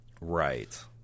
Right